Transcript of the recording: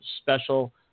special